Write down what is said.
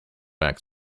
acts